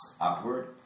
upward